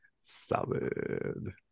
Solid